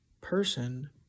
person